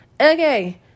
Okay